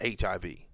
HIV